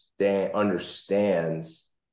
understands